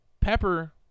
Pepper